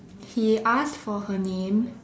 he asked for her name